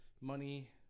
money